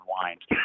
unwind